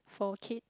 four kids